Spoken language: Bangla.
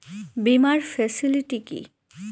বীমার ফেসিলিটি কি?